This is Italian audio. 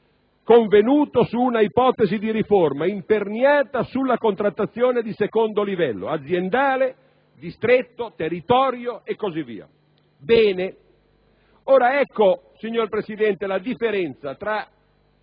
convenuto su un'ipotesi di riforma imperniata sulla contrattazione di secondo livello (aziende, distretto, territorio e così via). Ebbene, signor Presidente, ecco la differenza -